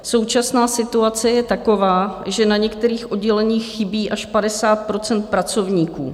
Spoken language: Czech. Současná situace je taková, že na některých odděleních chybí až 50 % pracovníků.